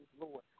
Lord